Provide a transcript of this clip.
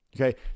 Okay